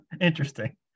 interesting